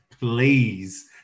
please